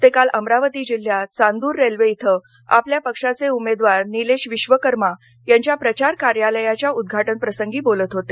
ते काल अमरावती जिल्ह्यात चांदूर रेल्वे इथं आपल्या पक्षाचे उमेदवार निलेश विश्वकर्मा यांच्या प्रचार कार्यालयाच्या उद्घाटनप्रसंगी बोलत होते